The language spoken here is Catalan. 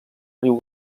riu